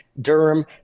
Durham